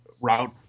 route